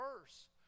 verse